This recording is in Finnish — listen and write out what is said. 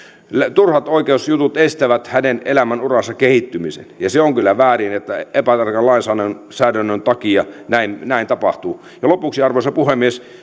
turhat oikeusjutut estävät hänen elämänuransa kehittymisen ja se on kyllä väärin että epätarkan lainsäädännön takia näin näin tapahtuu lopuksi arvoisa puhemies